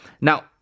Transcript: Now